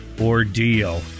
ordeal